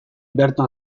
bertan